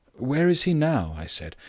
where is he now? i said,